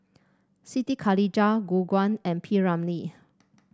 Siti Khalijah Gu Juan and P Ramlee